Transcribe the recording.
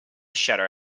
shadow